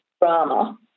drama